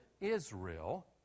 Israel